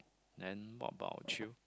then what about you